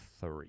three